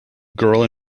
girl